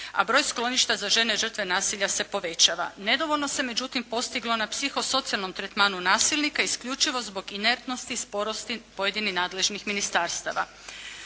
a broj skloništa za žene žrtve nasilja se povećava. Nedovoljno se, međutim postiglo na psihosocijalnom tretmanu nasilnika isključivo zbog inertnosti, sporosti pojedinih nadležnih ministarstava.